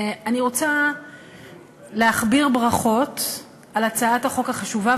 אני רוצה להכביר ברכות על הצעת החוק החשובה,